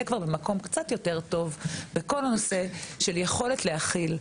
כבר במקום קצת יותר טוב בכל הנושא של יכולת להכיל.